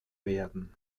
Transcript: werden